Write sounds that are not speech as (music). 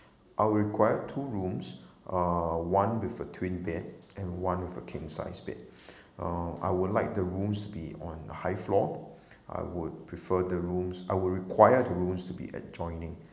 I will require two rooms uh one with a twin bed and one with a king sized bed (breath) um I would like the rooms to be on high floor I would prefer the rooms I will require the rooms to be adjoining